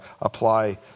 apply